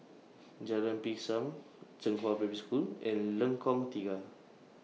Jalan Pisang Zhenghua Primary School and Lengkong Tiga